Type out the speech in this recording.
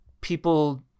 people